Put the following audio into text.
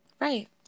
Right